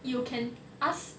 you can ask